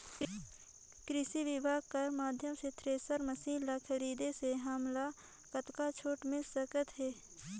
कृषि विभाग कर माध्यम से थरेसर मशीन ला खरीदे से हमन ला कतका छूट मिल सकत हे?